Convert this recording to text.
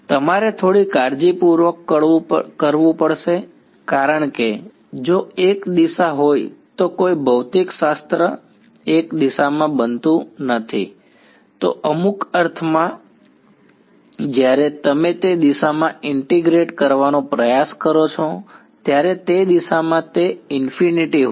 તમારે થોડી કાળજીપૂર્વક કરવું પડશે કારણ કે જો એક દિશા હોય તો કોઈ ભૌતિકશાસ્ત્ર એક દિશામાં બનતું નથી તો અમુક અર્થમાં જ્યારે તમે તે દિશામાં ઇન્ટીગ્રેટ કરવાનો પ્રયાસ કરો છો ત્યારે તે દિશામાં તે ઇન્ફીનિટી હોય છે